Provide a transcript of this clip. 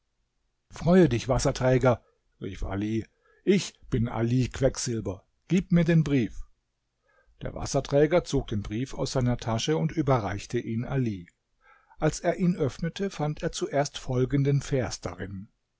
freue dich wasserträger rief ali ich bin ali quecksilber gib mir den brief der wasserträger zog den brief aus seiner tasche und überreichte ihn ali als er ihn öffnete fand er zuerst folgenden vers darin